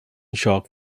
shark